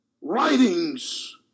writings